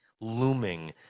looming